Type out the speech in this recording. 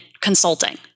consulting